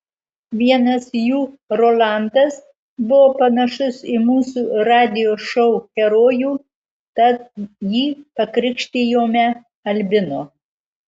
vienas jų rolandas buvo panašus į mūsų radijo šou herojų tad jį pakrikštijome albinu